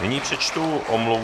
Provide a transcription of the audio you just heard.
Nyní přečtu omluvu.